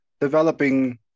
developing